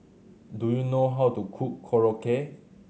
do you know how to cook Korokke